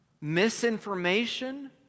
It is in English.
misinformation